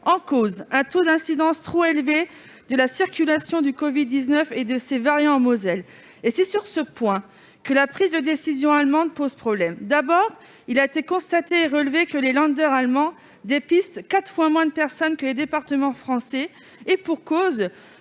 c'est un taux d'incidence trop élevé de la circulation du covid-19 et de ses variants en Moselle. Or c'est précisément de ce point de vue que la prise de décision allemande pose problème. Tout d'abord, il a été constaté et relevé que les allemands dépistaient quatre fois moins de personnes que les départements français. Et pour cause,